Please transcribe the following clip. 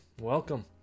welcome